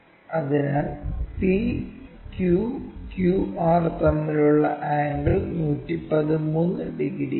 അതിനാൽ PQ QR തമ്മിലുള്ള angle 113 ഡിഗ്രിയാണ്